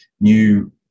new